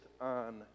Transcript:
on